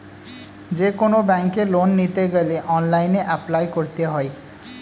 যেকোনো ব্যাঙ্কে লোন নিতে গেলে অনলাইনে অ্যাপ্লাই করতে হয়